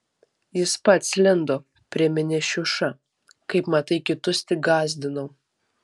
jis pats lindo priminė šiuša kaip matai kitus tik gąsdinau